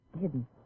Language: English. hidden